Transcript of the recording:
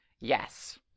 yes